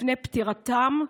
לפני פטירתם,